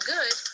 Good